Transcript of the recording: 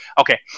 Okay